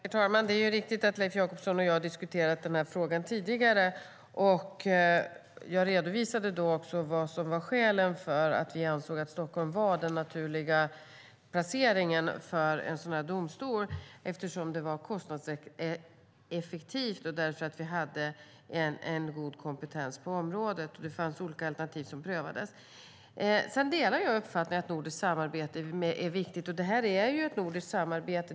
Herr talman! Det är riktigt att Leif Jakobsson och jag har diskuterat denna fråga tidigare. Jag redovisade då vad som var skälen till att vi ansåg att Stockholm var den naturliga placeringen för en sådan här domstol. Skälen var att det är kostnadseffektivt och att vi har en god kompetens på området. Det fanns olika alternativ som prövades. Jag delar uppfattningen att nordiskt samarbete är viktigt. Detta är ett nordiskt samarbete.